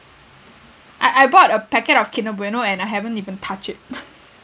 I I bought a packet of kinder bueno and I haven't even touch it